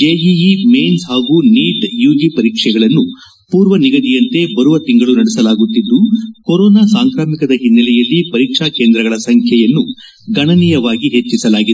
JEE mains ಹಾಗೂ NEET UG ಪರೀಕ್ಷೆಗಳನ್ನು ಪೂರ್ವನಿಗದಿಯಂತೆ ಬರುವ ತಿಂಗಳು ನಡೆಸಲಾಗುತ್ತಿದ್ದು ಕೊರೋನಾ ಸಾಂಕ್ರಾಮಿಕದ ಹಿನ್ನೆಲೆಯಲ್ಲಿ ಪರೀಕ್ಷಾ ಕೇಂದ್ರಗಳ ಸಂಚ್ನೆಯನ್ನು ಗಣನೀಯವಾಗಿ ಹೆಚ್ಚಸಲಾಗಿದೆ